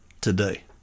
today